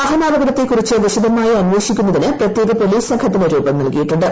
വാഹന്റാ്പക്ടത്തെക്കുറിച്ച് വിശദമായി അന്വേഷിക്കുന്നതിന് പ്രത്യേക് പോലീസ് സംഘത്തിന് രൂപം നൽകിയിട്ടുണ്ട്